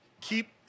Keep